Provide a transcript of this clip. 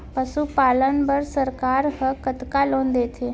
पशुपालन बर सरकार ह कतना लोन देथे?